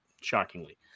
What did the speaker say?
shockingly